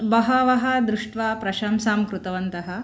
बहवः दृष्ट्वा प्रशंसां कृतवन्तः